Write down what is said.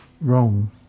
wrong